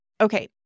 Okay